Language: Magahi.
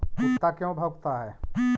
कुत्ता क्यों भौंकता है?